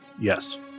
Yes